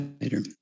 later